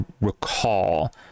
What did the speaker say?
recall